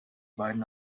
beiden